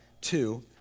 two